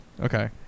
Okay